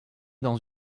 dans